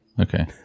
okay